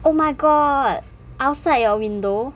oh my god outside your window